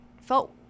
felt